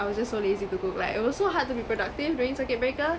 I was just so lazy to cook like it was so hard to be productive during circuit breaker